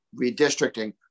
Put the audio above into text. redistricting